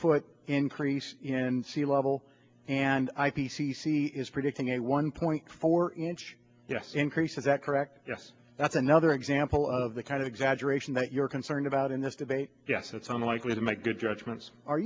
foot increase in sea level and i p c c is predicting a one point four inch increase is that correct yes that's another example of the kind of exaggeration that you're concerned about in this debate yes that's i'm likely to make good judgments are